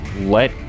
Let